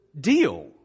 deal